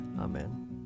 Amen